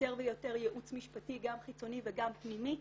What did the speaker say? יותר ויותר ייעוץ משפטי גם חיצוני וגם פנימי.